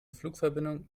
flugverbindung